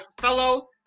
fellow